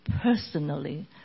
personally